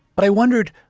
but i wondered,